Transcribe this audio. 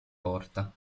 porta